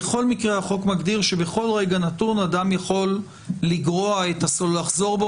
בכל מקרה החוק מגדיר שבכל רגע נתון אדם יכול לחזור בו